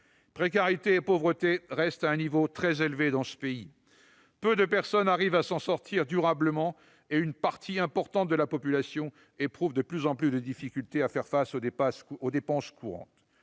Précarité et pauvreté restent à un niveau très élevé dans notre pays. Peu de personnes arrivent à en sortir durablement et une partie importante de la population éprouve de plus en plus de difficultés à faire face aux dépenses courantes.